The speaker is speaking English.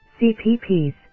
CPPs